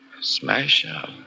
Smash-up